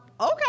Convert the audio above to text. okay